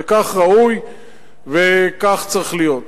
וכך ראוי וכך צריך להיות.